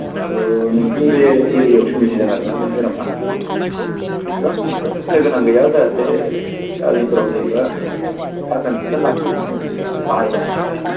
अ नोंसोरनि बे एरियायाव सोमजिदों आरोना बे बेरामा एसेबां एसेबां गिनो गोनां गैया जाहाथे थानायफोराव खालि जेनेबा साखोन सिखोन लाखि मुस्रि बाहायबानो जाबाय